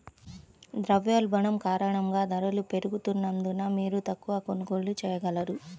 ద్రవ్యోల్బణం కారణంగా ధరలు పెరుగుతున్నందున, మీరు తక్కువ కొనుగోళ్ళు చేయగలరు